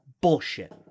Bullshit